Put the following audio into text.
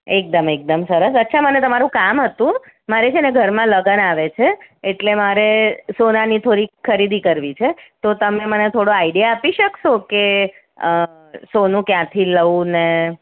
એકદમ એકદમ સરસ અચ્છા મને તમારું કામ હતું મારે છે ને ઘરમાં લગ્ન આવે છે એટલે મારે સોનાની થોડીક ખરીદી કરવી છે તો તમે મને થોડુંક આઇડિયા આપી શકશો કે સોનું ક્યાંથી લઉ ને